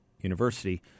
University